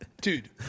Dude